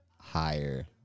higher